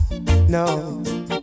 no